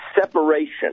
separation